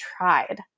tried